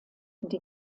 die